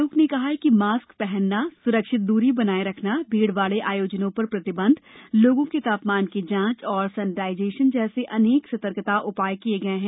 आयोग ने कहा कि मास्क पहनना सुरक्षित दूरी बनाए रखना भीड वाले आयोजनों पर प्रतिबंध लोगों के तापमान की जांच और सेनिटाइजेशन जैसे अनेक सतर्कता उपाय किये गये हैं